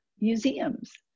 museums